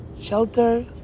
shelter